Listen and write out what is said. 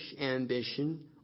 ambition